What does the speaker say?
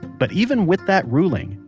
but even with that ruling,